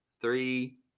three